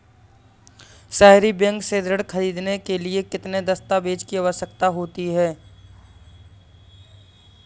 सहरी बैंक से ऋण ख़रीदने के लिए किन दस्तावेजों की आवश्यकता होती है?